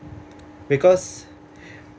because